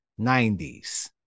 90s